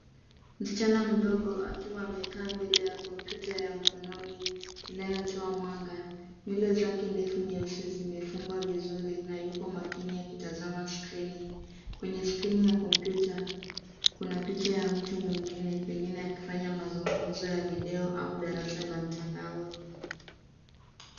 Msichana mdogo akiwa amekaa mbele ya komputa ya mkononi na inayotoa mwanga. Nywele zake defu nyeusi zimefugwa vizuri na yuko makini kutazama skrini , kwenye skrini ya komputa kuna picha ya mtu mwengine pengine akifanya mazugumzo ya video au darasa la mtandaoni.